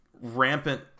rampant